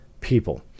people